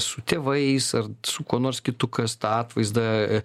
su tėvais ar su kuo nors kitu kas tą atvaizdą